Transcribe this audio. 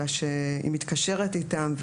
אלא שהיא מתקשרת איתם,